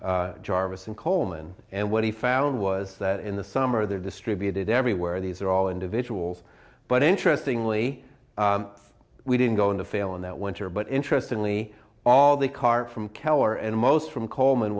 jarvis and coleman and what he found was that in the summer they're distributed everywhere these are all individuals but interestingly we didn't go into failing that winter but interestingly all the cart from keller and most from coleman